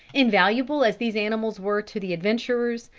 invaluable as these animals were to the adventurers,